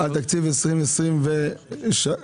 תקציב 2023,